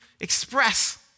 express